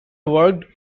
worked